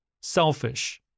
selfish